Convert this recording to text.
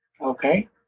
okay